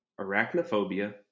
Arachnophobia